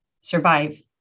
survive